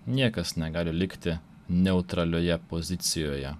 niekas negali likti neutralioje pozicijoje